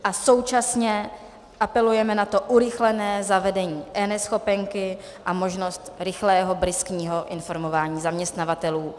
A současně apelujeme na urychlené zavedení eNeschopenky a možnost rychlého, bryskního informování zaměstnavatelů.